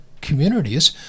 communities